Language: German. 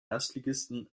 erstligisten